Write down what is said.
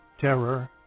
Terror